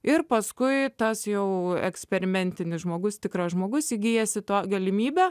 ir paskui tas jau eksperimentinis žmogus tikras žmogus įgijęs to galimybę